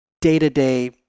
day-to-day